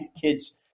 kids